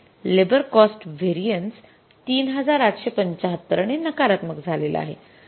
की labour cost variances ३८७५ ने नकारात्मक झालेला आहे